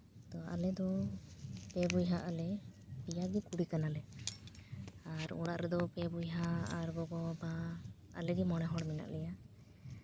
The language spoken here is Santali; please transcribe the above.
ᱛ ᱟᱞᱮ ᱫᱚ ᱯᱮ ᱵᱚᱭᱦᱟᱜ ᱟᱞᱮ ᱯᱮᱭᱟᱜᱮ ᱠᱩᱲᱤ ᱠᱟᱱᱟᱞᱮ ᱟᱨ ᱚᱲᱟᱜ ᱨᱮᱫᱚ ᱯᱮ ᱵᱚᱭᱦᱟ ᱟᱨ ᱜᱚᱼᱵᱟᱵᱟ ᱟᱞᱮ ᱜᱮ ᱢᱚᱬᱮ ᱦᱚᱲ ᱢᱮᱱᱟᱜ ᱞᱮᱭᱟ